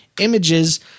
images